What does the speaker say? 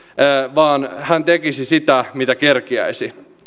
vaan hän tekisi sitä mitä kerkiäisi